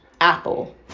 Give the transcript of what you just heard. Apple